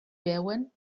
veuen